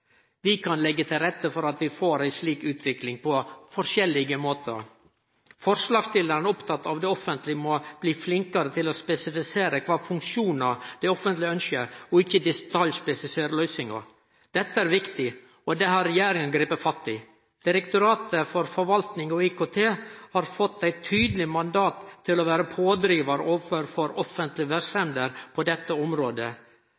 Vi kan leggje til rette for at vi får ei slik utvikling på forskjellige måtar. Forslagsstillaren er oppteken av at det offentlege må bli flinkare til å spesifisere kva funksjonar ein ønskjer, og ikkje detaljspesifisere løysingar. Dette er viktig, og det har regjeringa gripe fatt i. Direktoratet for forvaltning og IKT har fått eit tydeleg mandat til å vere pådrivar overfor